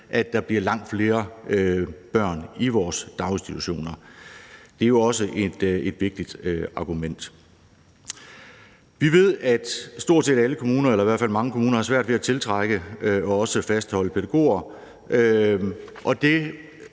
at der bliver langt flere børn i vores daginstitutioner. Det er jo også et vigtigt argument. Vi ved, at stort set alle kommuner – eller i hvert fald mange kommuner – har svært ved at tiltrække og også fastholde pædagoger,